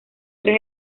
tres